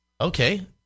okay